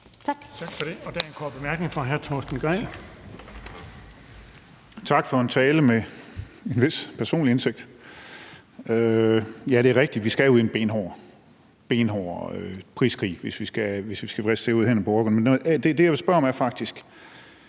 Tak for en tale med en vis personlig indsigt. Ja, det er jo rigtigt, at vi skal ind i en benhård priskrig, hvis vi skal vriste det ud af hænderne på rockerne. Men der er faktisk